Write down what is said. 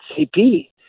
CP